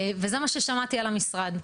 זה מה ששמעתי על המשרד.